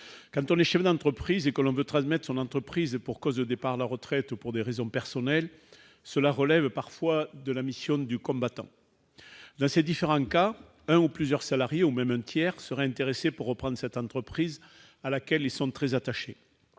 Quand on est chef d'entreprise et que l'on veut transmettre son entreprise pour cause de départ à la retraite ou pour raisons personnelles, cela relève parfois du parcours du combattant. Dans certains cas, un ou plusieurs salariés, ou même un tiers, seraient intéressés pour reprendre une entreprise à laquelle ils sont très attachés.